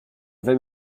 vais